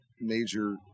major